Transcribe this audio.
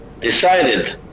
decided